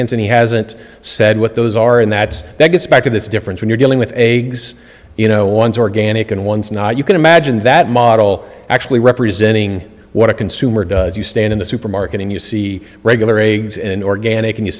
against and he hasn't said what those are in that bag a speck of this difference when you're dealing with a you know one's organic and one's not you can imagine that model actually representing what a consumer does you stand in the supermarket and you see regular exe in organic and you